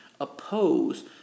oppose